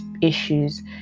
issues